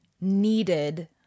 needed